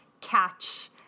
catch